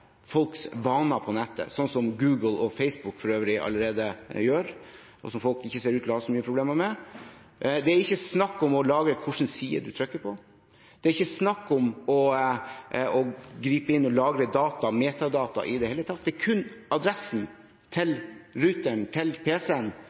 folks vaner på nettet, slik som for øvrig Google og Facebook allerede gjør, og som folk ikke ser ut til å ha så mye problemer med. Det er ikke snakk om å lagre hvilke sider man trykker på, det er ikke snakk om å gripe inn og lagre data, metadata, i det hele tatt. Det er kun adressen til